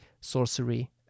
sorcery